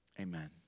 Amen